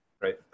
Right